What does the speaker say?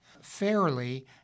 fairly